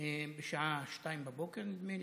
בשעה 02:00, נדמה לי,